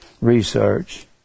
research